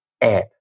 app